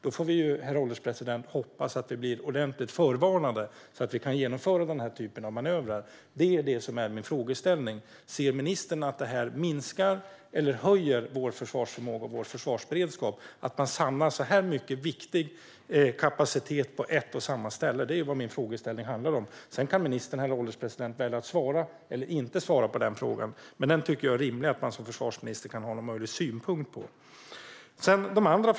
Då får vi hoppas, herr ålderspresident, att vi blir ordentligt förvarnade, så att vi kan genomföra denna typ av manövrar. Anser ministern att det försämrar eller förbättrar vår försvarsförmåga och vår försvarsberedskap att man samlar så mycket viktig kapacitet på ett och samma ställe? Det är vad min frågeställning handlar om. Ministern kan välja att svara eller inte svara på frågan, herr ålderspresident, men jag tycker att det är rimligt att man som försvarsminister kan ha en synpunkt på detta.